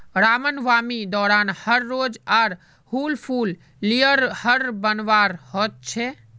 रामनवामी दौरान हर रोज़ आर हुल फूल लेयर हर बनवार होच छे